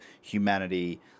humanity